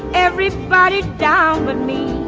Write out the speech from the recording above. everybody down let me.